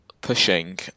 pushing